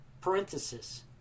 parenthesis